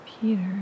Peter